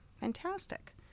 Fantastic